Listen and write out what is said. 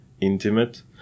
intimate